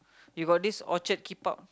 you got this Orchard keep out